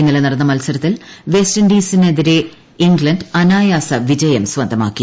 ഇന്നലെ നടന്ന മത്സരത്തിൽ വെസ്റ്റിൻഡീസിനെതിര ഇംഗ്ലണ്ട് അനായാസ വിജയം സ്വന്തമാക്കി